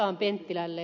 akaan penttilälle